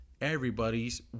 everybody's